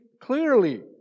clearly